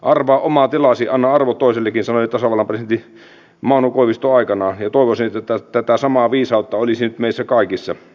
arvaa oma tilasi anna arvo toisillekin sanoi tasavallan presidentti mauno koivisto aikanaan ja toivoisin että tätä samaa viisautta olisi nyt meissä kaikissa